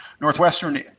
Northwestern